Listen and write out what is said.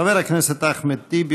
חבר הכנסת אחמד טיבי,